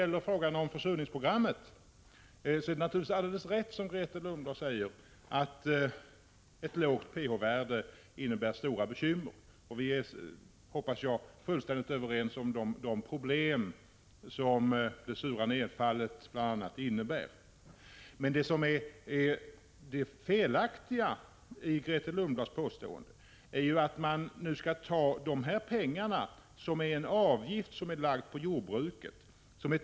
Beträffande försurningsprogrammet har Grethe Lundblad naturligtvis rätt i att ett lågt pH-värde innebär stora bekymmer. Och jag hoppas att vi är fullkomligt överens om de problem som bl.a. det sura nedfallet innebär. Men det felaktiga i Grethe Lundblads resonemang är att man nu skall ta pengar från en avgift lagd på jordbruket.